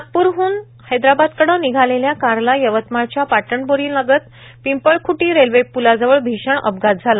नागपूरवरून हैदराबादकडे निघालेल्या कारला यवतमाळच्या पाटणबोरीलगत पिंपळखटी रेल्वेप्लाजवळ भीषण अपघात झाला